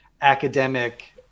academic